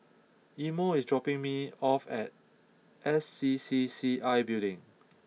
Imo is dropping me off at S C C C I Building